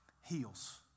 heals